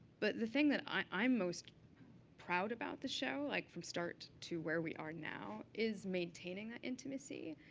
but the thing that i'm most proud about the show, like from start to where we are now, is maintaining that intimacy.